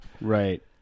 Right